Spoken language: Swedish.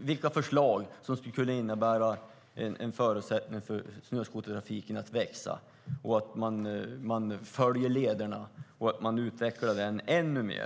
vilka förslag som skulle kunna innebära en förutsättning för att snöskotertrafiken ska växa, att man följer lederna och att man utvecklar den ännu mer.